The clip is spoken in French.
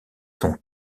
son